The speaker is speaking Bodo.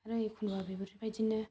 आरो एखनबा बेफोरबायदिनो